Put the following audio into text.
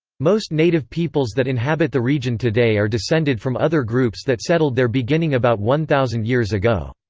most native peoples that inhabit the region today are descended from other groups that settled there beginning about one thousand years ago.